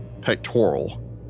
pectoral